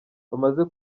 bamaze